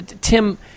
Tim